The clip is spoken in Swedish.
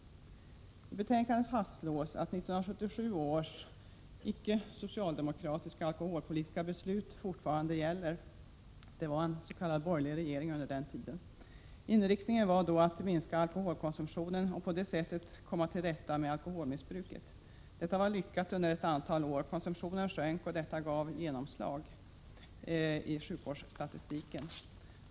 I betänkandet fastslås att 1977 års icke-socialdemokratiska alkoholpolitiska beslut fortfarande gäller. Det var en s.k. borgerlig regering under den tiden. Inriktningen var då att minska alkoholkonsumtionen och på det sättet komma till rätta med alkoholmissbruket. Detta lyckades under ett antal år. Konsumtionen sjönk, vilket gav utslag i sjukvårdsstatistiken.